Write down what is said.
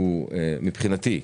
מבחינתי,